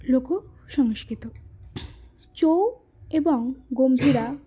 লোক সংস্কৃতি চৌ এবং গম্ভীরা